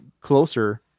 closer